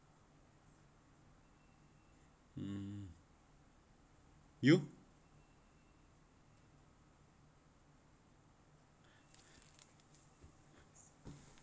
mm you